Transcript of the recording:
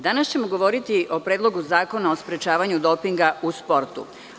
Danas ćemo govoriti o Predlog zakona o sprečavanju dopinga u sportu.